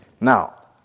Now